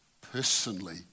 personally